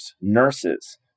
nurses